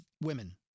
women